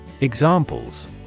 Examples